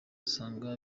usanga